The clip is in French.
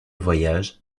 voyage